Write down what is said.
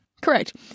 Correct